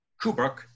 Kubrick